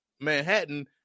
Manhattan